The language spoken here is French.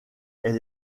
elle